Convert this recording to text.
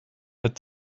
het